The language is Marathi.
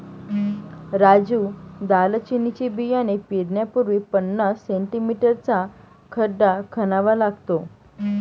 राजू दालचिनीचे बियाणे पेरण्यापूर्वी पन्नास सें.मी चा खड्डा खणावा लागतो